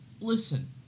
Listen